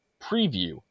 preview